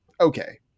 Okay